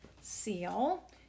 seal